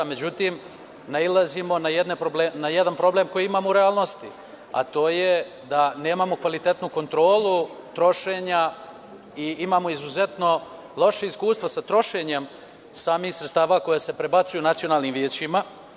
Međutim, nailazimo na problem koji imamo u realnosti, a to je da nemamo kvalitetnu kontrolu trošenja i imamo izuzetno loše iskustvo sa trošenjem samih sredstava koja se prebacuju nacionalnim većima.